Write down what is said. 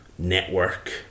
network